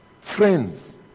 Friends